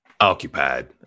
occupied